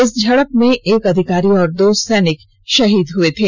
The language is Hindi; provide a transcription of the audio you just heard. इस झड़प में एक अधिकारी और दो सैनिक शहीद हो गए थे